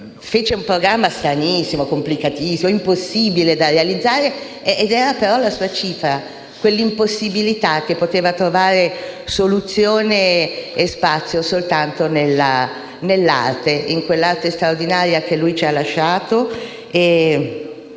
fece un programma stranissimo, complicatissimo e impossibile da realizzare. Era però la sua cifra; quell'impossibilità che poteva trovare soluzione e spazio soltanto nell'arte, in quell'arte straordinaria che lui ci ha lasciato